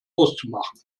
auszumachen